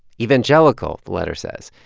evangelical, the letter says,